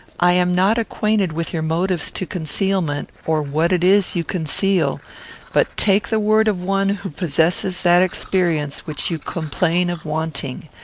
i am not acquainted with your motives to concealment, or what it is you conceal but take the word of one who possesses that experience which you complain of wanting,